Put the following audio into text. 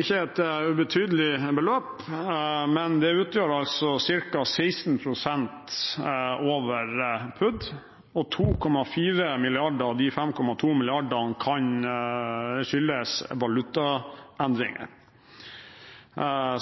ikke et ubetydelig beløp, men det utgjør altså ca. 16 pst. over PUD, og 2,4 mrd. kr av de 5,2 mrd. kr kan skyldes valutaendringer.